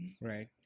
Right